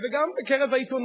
וגם בקרב העיתונות,